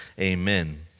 Amen